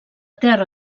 terra